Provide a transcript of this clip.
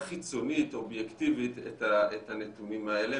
חיצונית אובייקטיבית את הנתונים האלה,